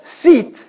seat